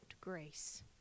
grace